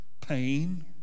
pain